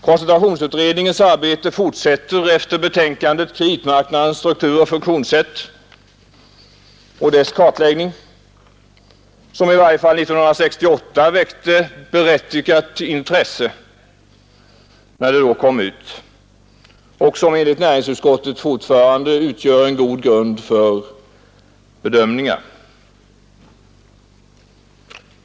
Koncentrationsutredningens arbete fortsätter efter betänkandet ”Kreditmarknadens struktur och funktionssätt” och dess kartläggning, som i varje fall 1968, då det kom ut, väckte berättigat intresse och som enligt näringsutskottet fortfarande utgör en god grund för bedömningar.